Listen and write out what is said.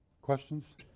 Questions